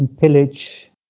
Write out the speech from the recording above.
pillage